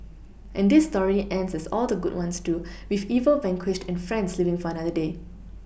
and this story ends as all the good ones do with evil vanquished and friends living for another day